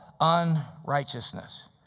unrighteousness